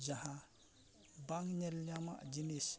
ᱡᱟᱦᱟᱸ ᱵᱟᱝ ᱧᱮᱞ ᱧᱟᱢᱟᱜ ᱡᱤᱱᱤᱥ